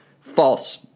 false